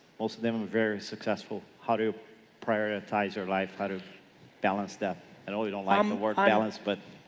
most of them are ah very successful. how to prioritize her life, how to balance stuff and only don't allow them the word balance, but